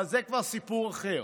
אבל זה כבר סיפור אחר.